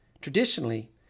Traditionally